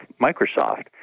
Microsoft